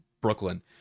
Brooklyn